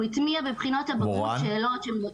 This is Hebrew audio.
הוא הטמיע בבחינות הבגרות שאלות --- מורן,